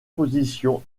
position